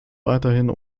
weiterhin